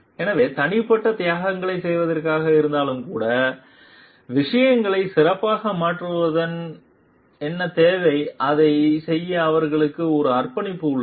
எனவே தனிப்பட்ட தியாகங்களைச் செய்வதாக இருந்தாலும் கூட விஷயங்களை சிறப்பாக மாற்றுவதற்கு என்ன தேவையோ அதைச் செய்ய அவர்களுக்கு ஒரு அர்ப்பணிப்பு உள்ளது